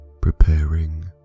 preparing